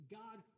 god